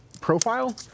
profile